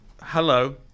hello